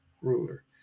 ruler